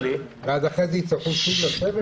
ואחרי כן יצטרכו שוב לשבת?